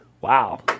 Wow